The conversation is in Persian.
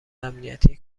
امنیتی